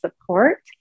support